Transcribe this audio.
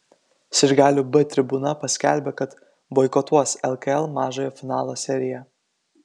sirgalių b tribūna paskelbė kad boikotuos lkl mažojo finalo seriją